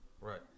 Right